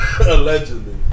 Allegedly